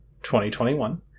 2021